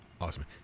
Awesome